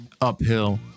uphill